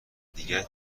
دیگری